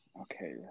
Okay